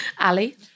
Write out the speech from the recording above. Ali